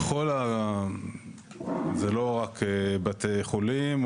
זה כולל בתי חולים,